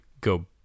go